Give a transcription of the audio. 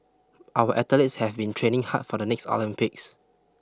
our athletes have been training hard for the next Olympics